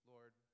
Lord